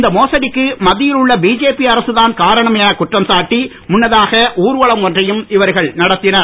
இந்த மோசடிக்கு மத்தியில் உள்ள பிஜேபி அரசுதான் காரணம் எனக் குற்றம் சாட்டி முன்னதாக ஊர்வலம் ஒன்றையும் இவர்கள் நடத்தினர்